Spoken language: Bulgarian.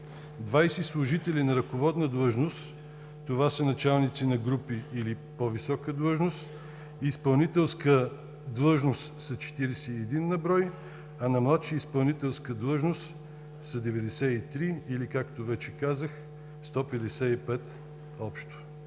20 служители на ръководна длъжност, това са началници на групи или по-висока длъжност, изпълнителска длъжност – 41 на брой, а на младша изпълнителска длъжност са 93 или, както вече казах, 155 общо.